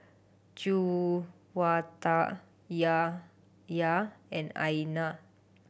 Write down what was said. Juwita Yahya and Aina